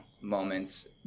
moments